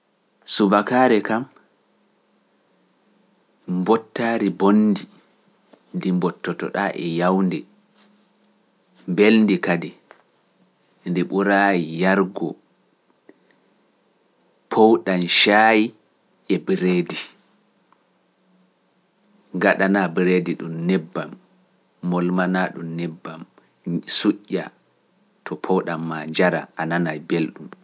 Subakaari kam mbottaari bonndi ndi mbottoto ɗaa e yawndi, mbelndi kadi ndi ɓuraa yargu, powɗan ca bereedi ɗum nebbam, mulmana ɗum nebbam, suƴƴa to powɗam maa, njara, a nanaay belɗum.